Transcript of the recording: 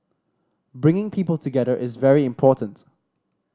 bringing people together is very important